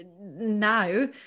now